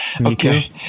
Okay